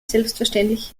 selbstverständlich